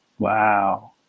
Wow